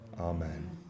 Amen